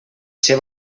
ser